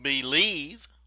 believe